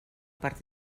per